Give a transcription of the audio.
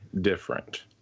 different